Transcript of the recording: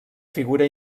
figura